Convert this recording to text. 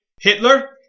Hitler